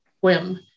whim